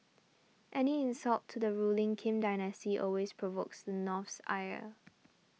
any insult to the ruling Kim dynasty always provokes the North's ire